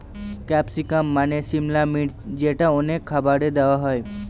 capsicum মানে সিমলা মির্চ যেটা অনেক খাবারে দেওয়া হয়